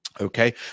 Okay